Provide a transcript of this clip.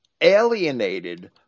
alienated